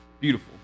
beautiful